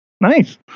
nice